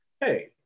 hey